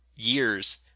years